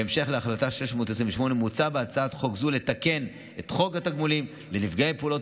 בהמשך להחלטה 628 מוצע בהצעת חוק זו לתקן את חוק התגמולים לנפגעי פעולות